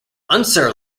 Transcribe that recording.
unser